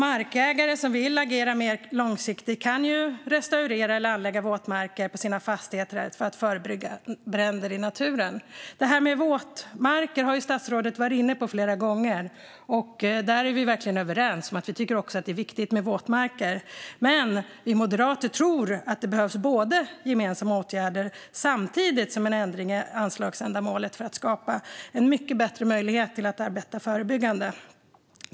Markägare som vill agera mer långsiktigt kan restaurera eller anlägga våtmarker på sina fastigheter för att förebygga bränder i naturen. Det här med våtmarker har statsrådet varit inne på flera gånger, och där är vi verkligen överens. Vi tycker också att det är viktigt med våtmarker. Men vi moderater tror att det behövs både gemensamma åtgärder och en ändring i anslagsändamålet för att skapa en mycket bättre möjlighet att arbeta förebyggande.